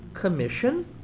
commission